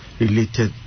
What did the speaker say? related